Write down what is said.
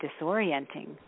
disorienting